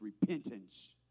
repentance